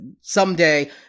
Someday